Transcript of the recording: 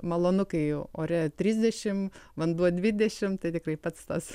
malonu kai ore trisdešim vanduo dvidešim tai tikrai pats tas